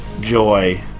Joy